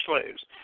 slaves